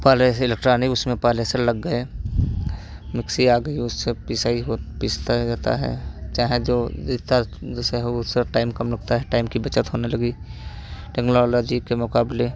पहले से इलेक्ट्रॉनिक उसमें पहले से लग गए मिक्सी आ गई उससे पिसाई हो पीसा जाता है चाहे जो जितना जैसे हो उसमें टाइम कम लगता है टाइम की बचत होने लगी टेक्नोलॉजी के मुकाबले